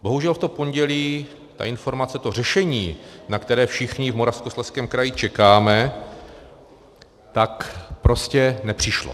Bohužel v to pondělí ta informace, to řešení, na které všichni v Moravskoslezském kraji čekáme, tak prostě nepřišlo.